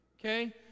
okay